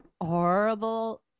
horrible